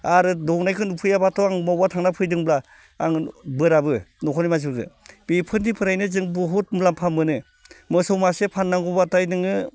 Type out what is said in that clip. आरो दौनायखौ नुफैयाब्लाथ' आं मबावबा थांना फैदोंब्ला आं बोराबो न'खरनि मानसिफोरखो बेफोरनिफ्रायनो जों बुहुद मुलाम्फा मोनो मोसौ मासे फोननांगौब्लाथाय नोङो